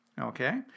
okay